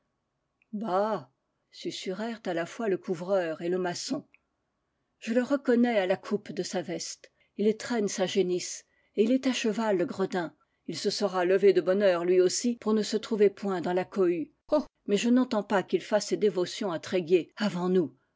bah susurrèrent à la fois le couvreur et le maçon je le reconnais à la coupe de sa veste il traîne sa génisse et il està cheval le gredin il se sera levé de bonne heure lui aussi pour ne se trouver point dans la cohue oh mais je n'entends pas qu'il fasse ses dévotions à tréguier avant nous